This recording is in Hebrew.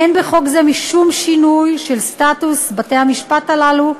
אין בחוק זה משום שינוי של סטטוס בתי-המשפט הללו,